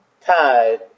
Tide